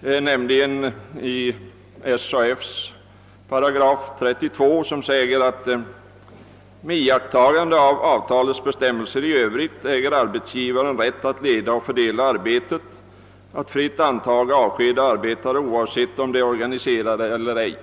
införts, nämligen i 8 32 av SAF:s stadgar. Det heter där att med iakttagande av avtalets bestämmelser i övrigt äger arbetsgivaren rätt att leda och fördela arbetet samt att fritt antaga och avskeda arbetare, oavsett om de är organiserade eller ej.